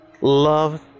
love